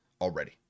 already